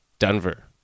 Denver